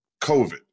COVID